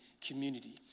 community